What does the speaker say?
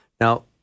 Now